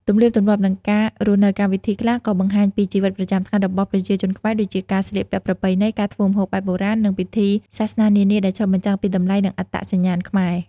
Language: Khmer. ទំនៀមទម្លាប់ និងការរស់នៅ កម្មវិធីខ្លះក៏បង្ហាញពីជីវិតប្រចាំថ្ងៃរបស់ប្រជាជនខ្មែរ ដូចជាការស្លៀកពាក់ប្រពៃណី ការធ្វើម្ហូបបែបបុរាណ និងពិធីសាសនានានា ដែលឆ្លុះបញ្ចាំងពីតម្លៃ និងអត្តសញ្ញាណខ្មែរ។